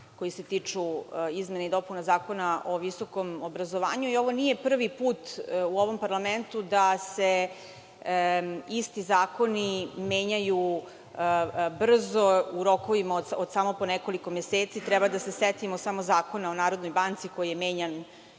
koji se tiču izmena i dopuna Zakona o visokom obrazovanju. Ovo nije prvi put u ovom parlamentu da se isti zakoni menjaju brzo, u rokovima od samo po nekoliko meseci. Treba da se setimo samo Zakona o Narodnoj banci koji je menjan